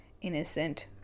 innocent